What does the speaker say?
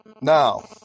Now